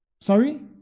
Sorry